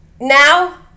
Now